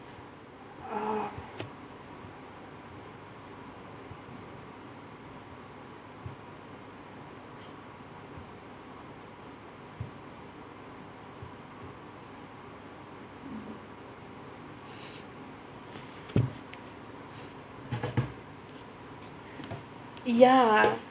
ya